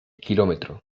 kilómetro